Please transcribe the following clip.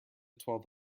twelfth